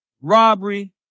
robbery